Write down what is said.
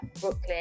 Brooklyn